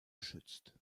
schützt